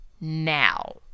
Now